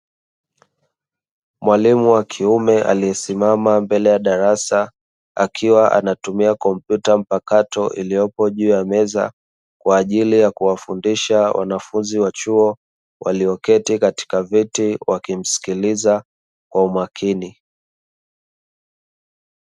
Mwalimu wa kiume aliyesimama mbele ya darasa akiwa anatumia kompyuta mpakato iliyopo juu ya meza kwa ajili ya kuwafundisha wanafunzi wa chuo walioketi katika viti, wakimsikiliza kwa umakini.